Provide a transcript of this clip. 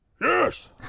Yes